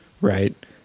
right